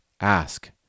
ask